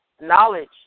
knowledge